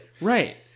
Right